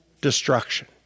destruction